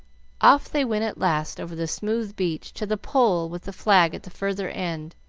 off they went at last over the smooth beach to the pole with the flag at the further end,